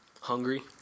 Hungry